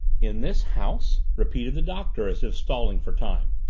in this house? repeated the doctor as if stalling for time.